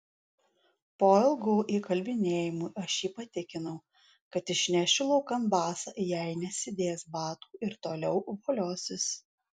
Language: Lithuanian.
po ilgų įkalbinėjimų aš jį patikinau kad išnešiu laukan basą jei nesidės batų ir toliau voliosis